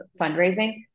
fundraising